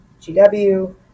GW